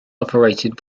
operated